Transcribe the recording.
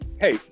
hey